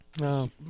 No